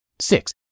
six